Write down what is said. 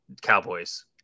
Cowboys